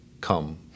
come